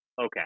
okay